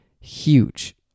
huge